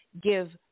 give